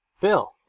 Bill